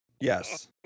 yes